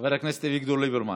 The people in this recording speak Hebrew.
חבר הכנסת אביגדור ליברמן.